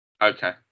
Okay